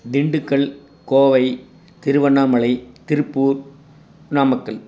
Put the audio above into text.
Dindigul Kovai Tiruvannamalai Tiruppur Namakkal